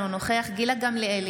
אינו נוכח גילה גמליאל,